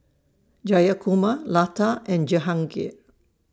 Jayakumar Lata and Jehangirr